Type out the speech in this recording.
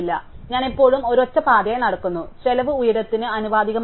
അതിനാൽ ഞാൻ എപ്പോഴും ഒരൊറ്റ പാതയായി നടക്കുന്നു അതിനാൽ ചെലവ് ഉയരത്തിന് ആനുപാതികമാണ്